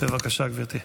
בבקשה, גברתי.